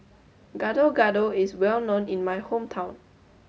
Gado Gado is well known in my hometown